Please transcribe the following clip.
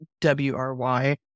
W-R-Y